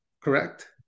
Correct